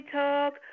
talk